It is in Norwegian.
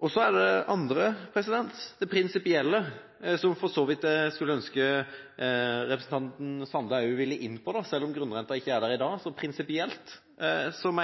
for så vidt skulle ønske representanten Sande også ville inn på, og selv om grunnrenten ikke er der i dag, så kan man se på det prinsipielt: Kristelig